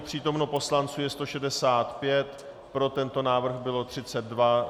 Přítomno poslanců je 165, pro tento návrh bylo 32.